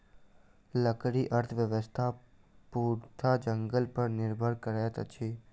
लकड़ी अर्थव्यवस्था पूर्णतः जंगल पर निर्भर करैत अछि